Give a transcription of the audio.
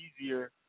easier